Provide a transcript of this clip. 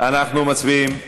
אני מבקש מכולם לשבת.